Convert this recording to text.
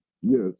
yes